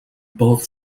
both